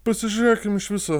pasižiūrėkim iš viso